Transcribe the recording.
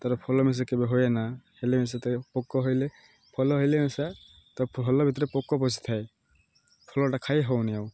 ତାର ଫଳ ମିିଶା କେବେ ହୁଏନା ହେଲେ ବିସେ ପୋକ ହେଲେ ଫଳ ହେଲେ ମିଶା ତ ଫଳ ଭିତରେ ପୋକ ପଶିଥାଏ ଫଳଟା ଖାଇ ହଉନି ଆଉ